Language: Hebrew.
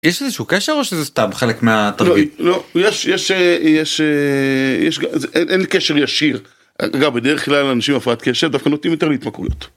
יש איזשהו קשר או שזה סתם חלק מהתרגיל? לא, יש... אין לי קשר ישיר. אגב, בדרך כלל אנשים עם הפרעת קשר דווקא נוטים יותר להתמכויות.